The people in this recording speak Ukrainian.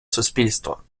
суспільство